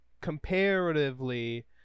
comparatively